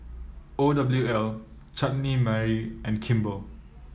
O W L Chutney Mary and Kimball